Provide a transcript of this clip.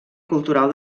cultural